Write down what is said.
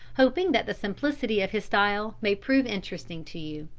hoping that the simplicity of his style may prove interesting to you